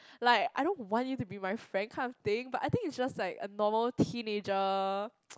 like I don't want you to be my friend kind of thing but I think it's just like a normal teenager